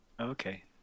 Okay